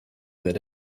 that